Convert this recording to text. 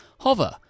Hover